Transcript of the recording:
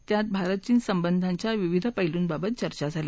त्यात भारत चीन संबंधाच्या विविध पैलूंबाबत चर्चा झाली